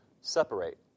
separate